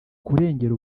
kurengera